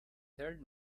third